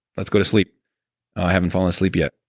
let's go to sleep. oh, i haven't fallen asleep yet.